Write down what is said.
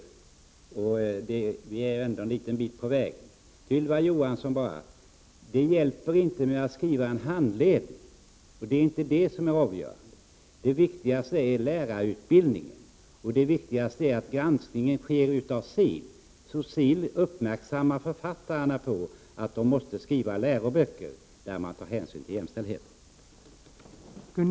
Vi har ändå kommit en liten bit på väg. Till Ylva Johansson vill jag säga: Det hjälper inte att skriva en handledning. Det är inte det som är avgörande. Det viktigaste är lärarutbildningen och att granskning sker av SIL, så att SIL uppmärksammar författarna på att de måste skriva läroböcker där man tar hänsyn till jämställdheten.